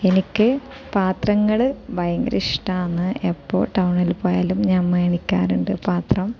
എനിക്ക് പാത്രങ്ങൾ ഭയങ്കര ഇഷ്ടമാണ് എപ്പോൾ ടൗണിൽ പോയാലും ഞാൻ മേടിക്കാറുണ്ട് പാത്രം